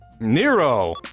Nero